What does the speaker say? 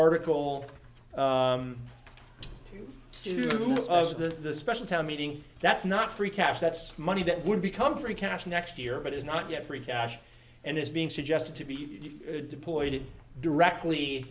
article two to the special town meeting that's not free cash that's money that would become free cash next year but is not yet free cash and is being suggested to be deployed it directly